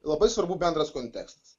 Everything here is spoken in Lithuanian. labai svarbu bendras kontekstas